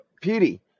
Petey